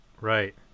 Right